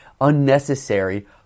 unnecessary